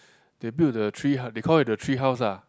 they build the tree hou~ they call it the tree house ah